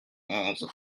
onze